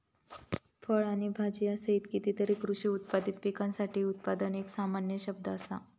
फळ आणि भाजीयांसहित कितीतरी कृषी उत्पादित पिकांसाठी उत्पादन एक सामान्य शब्द असा